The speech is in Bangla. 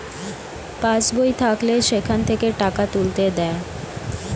পাস্ বই থাকলে সেখান থেকে টাকা তুলতে দেয়